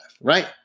right